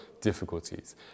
difficulties